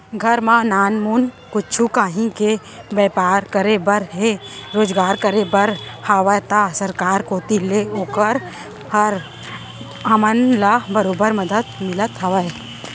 घर म नानमुन कुछु काहीं के बैपार करे बर हे रोजगार करे बर हावय त सरकार कोती ले ओकर बर हमन ल बरोबर मदद मिलत हवय